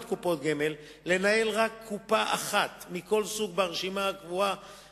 קופות גמל לנהל רק קופת גמל אחת מכל סוג ברשימה הקבועה